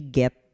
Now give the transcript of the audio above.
get